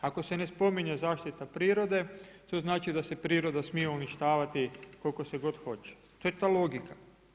Ako se ne spominje zaštita prirode, što znači da se priroda smije uništavati koliko se god hoće, to je ta logika.